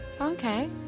Okay